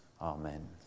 Amen